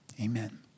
Amen